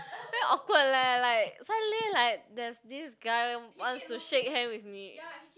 very awkward leh like suddenly like there this guy wants to shake hand with me